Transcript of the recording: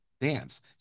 dance